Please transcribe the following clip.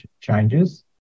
changes